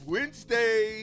Wednesday